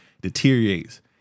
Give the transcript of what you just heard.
deteriorates